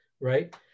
Right